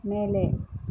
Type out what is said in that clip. மேலே